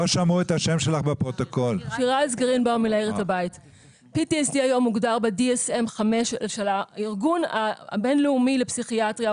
PTSD היום מוגדר ב- DSM-5של הארגון הבין-לאומי לפסיכיאטריה,